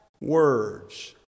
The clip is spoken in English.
words